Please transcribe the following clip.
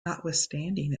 notwithstanding